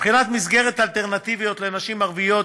מבחינת מסגרות אלטרנטיביות לנשים ערביות,